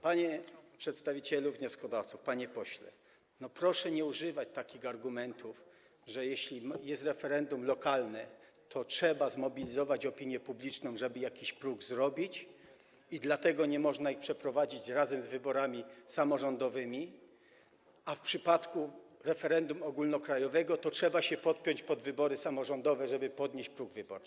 Panie przedstawicielu wnioskodawców, panie pośle, proszę nie używać takich argumentów, że jeśli jest referendum lokalne, to trzeba zmobilizować opinię publiczną, żeby zrobić jakiś próg, i dlatego nie można ich przeprowadzić razem z wyborami samorządowymi, a w przypadku referendum ogólnokrajowego trzeba się podpiąć pod wybory samorządowe, żeby podnieść próg wyborczy.